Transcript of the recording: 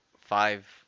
five